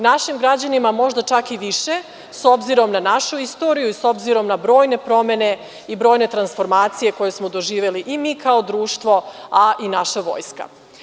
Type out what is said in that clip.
Našim građanima možda čak i više, s obzirom na našu istoriju i s obzirom na brojne promene i brojne transformacije koje smo doživeli i mi kao društvo, a i naša vojska.